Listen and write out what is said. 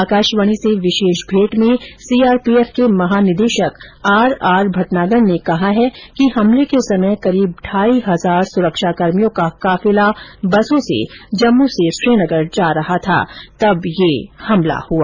आकाशवाणी से विशेष भेंट में सीआरपीएफ के महानिदेशक आरआरभटनागर ने कहा है कि हमले के समय करीब ढाई हजार सुरक्षाकर्मियों का काफिला बसों सेजम्मू से श्रीनगर जा रहा था तब ये हमला हुआ